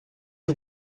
you